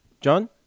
John